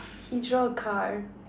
he draw a car